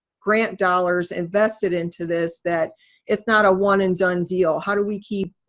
grant dollars invested into this, that it's not a one and done deal. how do we keep